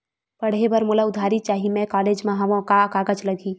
पढ़े बर मोला उधारी चाही मैं कॉलेज मा हव, का कागज लगही?